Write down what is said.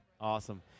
Awesome